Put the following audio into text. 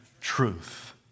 truth